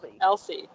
Elsie